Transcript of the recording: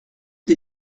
des